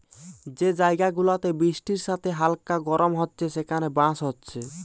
যে জায়গা গুলাতে বৃষ্টির সাথে হালকা গরম হচ্ছে সেখানে বাঁশ হচ্ছে